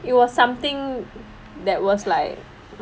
it was something that was like